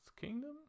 Kingdom